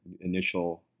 initial